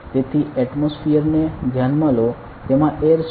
તેથી એટમોસફીયર ને ધ્યાનમાં લો તેમાં એર છે